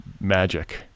magic